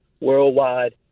worldwide